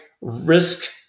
risk